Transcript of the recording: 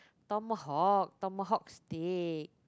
Tomahawk Tomahawk steak